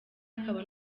akaba